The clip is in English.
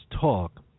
talk